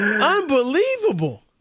Unbelievable